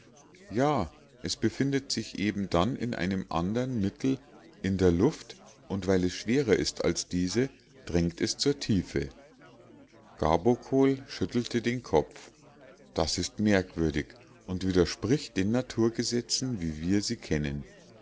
ja es befindet sich eben dann in einem andern mittel in der luft und weil es schwerer ist als diese drängt es zur tiefe gabokol schüttelte den kopf das ist merkwürdig und widerspricht den naturgesetzen wie wir sie kennen